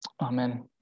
amen